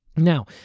Now